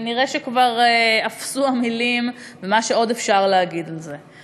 ונראה שכבר אפסו המילים ומה שעוד אפשר להגיד על זה.